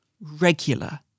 regular